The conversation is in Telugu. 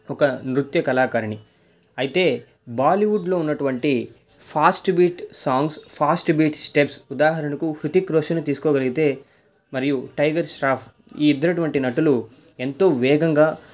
ఒక నృత్య కళాకారిణి అయితే బాలీవుడ్లో ఉన్నటువంటి fast beat songs fast beat steps ఉదాహరణకు హృతిక్రోషన్ తీసుకో గలిగితే మరియు టైగర్ ష్రాఫ్ ఇద్దరైనుటువంటి నటులు ఎంతో వేగంగా